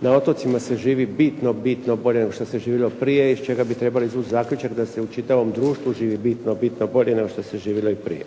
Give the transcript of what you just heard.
Na otocima se živi bitno, bitno bolje nego što se živjelo prije, iz čega bi trebali izvući zaključak da se u čitavom društvu živi bitno, bitno bolje nego što se živjelo i prije.